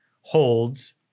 holds